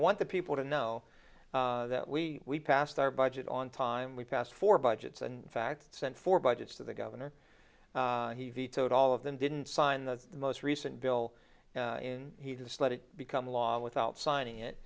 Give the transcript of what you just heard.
want the people to know that we passed our budget on time we passed four budgets and fact sent four budgets to the governor he vetoed all of them didn't sign the most recent bill and he just let it become law without signing it